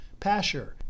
Pasher